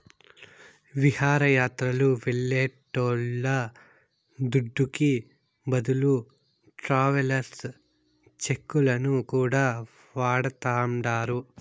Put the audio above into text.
విహారయాత్రలు వెళ్లేటోళ్ల దుడ్డుకి బదులు ట్రావెలర్స్ చెక్కులను కూడా వాడతాండారు